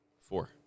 four